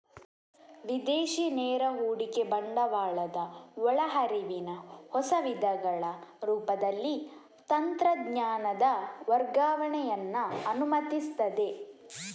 ವಿದೇಶಿ ನೇರ ಹೂಡಿಕೆ ಬಂಡವಾಳದ ಒಳ ಹರಿವಿನ ಹೊಸ ವಿಧಗಳ ರೂಪದಲ್ಲಿ ತಂತ್ರಜ್ಞಾನದ ವರ್ಗಾವಣೆಯನ್ನ ಅನುಮತಿಸ್ತದೆ